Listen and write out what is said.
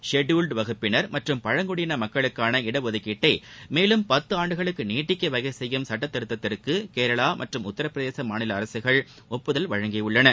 scheduled வகுப்பினர் மற்றும் பழங்குடியின மக்களுக்கான இடஒதுக்கீட்டை மேலும் பத்தாண்டுகளுக்கு நீட்டிக்க வகை செய்யும் சட்டதிருக்தத்திற்கு கேரளா மற்றும் உத்தரப்பிரதேச மாநில அரசுகள் ஒப்புதல் அளித்துள்ளன